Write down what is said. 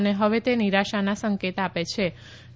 અને હવે તે નિરાશાના સંકેતો આપે છિ